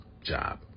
job